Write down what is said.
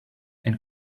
and